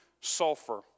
sulfur